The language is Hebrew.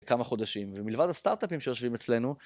כמה חודשים, ומלבד הסטארטאפים שיושבים אצלנו,